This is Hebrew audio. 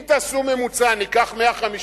אם תעשו ממוצע, ניקח 150